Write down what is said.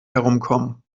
herumkommen